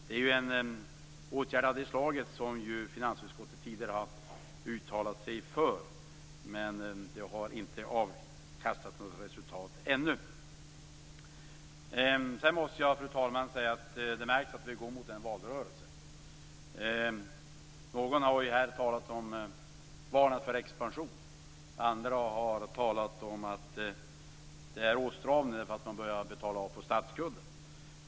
Det är ju en åtgärd av det slag som finansutskottet tidigare har uttalat sig för. Men det har inte givit något resultat ännu. Sedan måste jag, fru talman, säga att det märks att vi går mot en valrörelse. Någon har ju här varnat för expansion. Andra har talat om att det är åtstramning för att man börjar betala av på statsskulden.